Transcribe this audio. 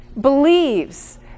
believes